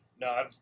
No